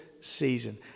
season